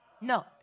No